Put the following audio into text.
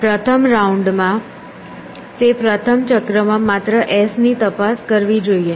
પ્રથમ રાઉન્ડમાં તે પ્રથમ ચક્રમાં માત્ર s ની તપાસ કરવી જોઈએ